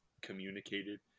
communicated